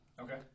Okay